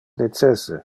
necesse